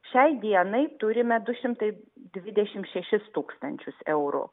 šiai dienai turime du šimtai dvidešim šešis tūkstančius eurų